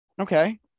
Okay